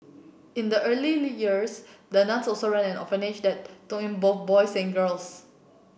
in the early years the nuns also ran an orphanage that took in both boys and girls